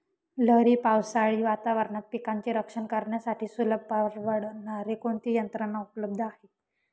लहरी पावसाळी वातावरणात पिकांचे रक्षण करण्यासाठी सुलभ व परवडणारी कोणती यंत्रणा उपलब्ध आहे?